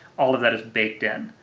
all of that is baked in.